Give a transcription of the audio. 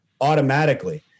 automatically